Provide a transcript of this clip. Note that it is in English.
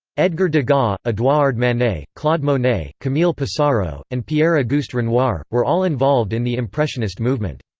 edgar degas, edouard manet, claude monet, camille pissarro, and pierre-auguste renoir, were all involved in the impressionist movement.